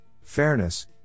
fairness